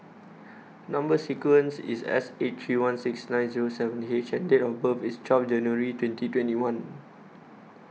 Number sequence IS S eight three one six nine Zero seven H and Date of birth IS twelve January twenty twenty one